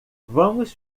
vamos